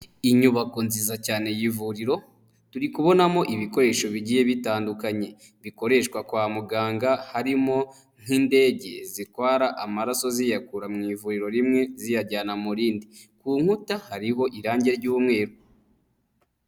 Inyubako nziza cyane y'ivuriro, turi kubonamo ibikoresho bigiye bitandukanye. Bikoreshwa kwa muganga, harimo nk'indege zitwara amaraso, ziyakura mu ivuriro rimwe ziyajyana mu rindi. Ku nkuta hariho irangi ry'umweru.